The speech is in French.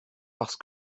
parce